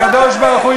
הקדוש-ברוך-הוא,